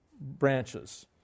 branches